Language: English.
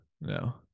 no